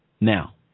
Now